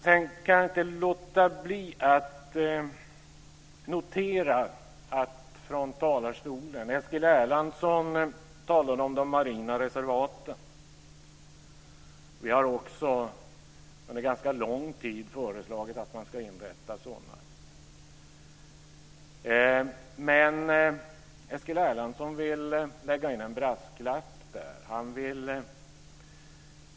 Sedan kan jag inte låta bli att notera att Eskil Erlandsson från talarstolen talade om de marina reservaten. Vi har också under ganska lång tid föreslagit att man ska inrätta sådana. Eskil Erlandsson vill lägga in en brasklapp där.